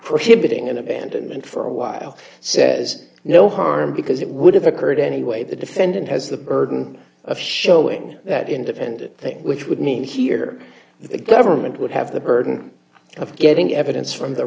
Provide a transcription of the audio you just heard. prohibiting an abandonment for a while so there's no harm because it would have occurred anyway the defendant has the burden of showing that independent thing which would mean here the government would have the burden of getting evidence from the